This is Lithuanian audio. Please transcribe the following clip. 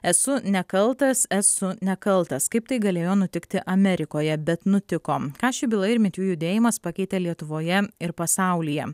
esu nekaltas esu nekaltas kaip tai galėjo nutikti amerikoje bet nutiko ką ši byla ir me too judėjimas pakeitė lietuvoje ir pasaulyje